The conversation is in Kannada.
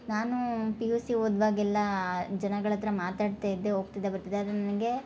ನಾನು ಪಿ ಯು ಸಿ ಓದ್ವಾಗೆಲ್ಲ ಜನಗಳ ಹತ್ರ ಮಾತಾಡ್ತಾ ಇದ್ದೆ ಹೋಗ್ತಿದ್ದೆ ಬರ್ತಿದ್ದೆ ಆದರೆ ನನಗೆ